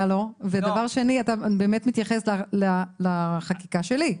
אתה צריך להתייחס לחקיקה שלי.